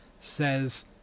says